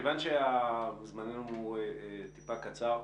מכיוון שזמננו טיפה קצר,